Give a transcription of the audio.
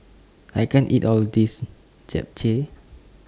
I can't eat All of This Japchae